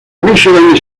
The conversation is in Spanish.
michigan